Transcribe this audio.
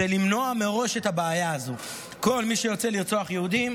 זה למנוע מראש את הבעיה הזו: כל מי שירצה לרצוח יהודים,